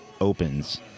opens